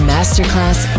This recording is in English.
Masterclass